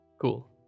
cool